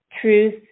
truth